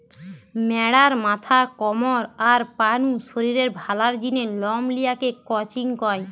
ম্যাড়ার মাথা, কমর, আর পা নু শরীরের ভালার জিনে লম লিয়া কে ক্রচিং কয়